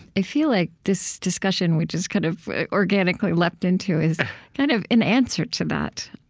i feel like this discussion, we just kind of organically leapt into, is kind of an answer to that.